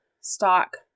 stock